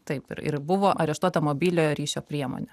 taip ir ir buvo areštuota mobiliojo ryšio priemonė